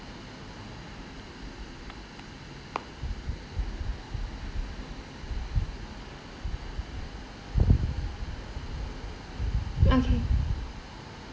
okay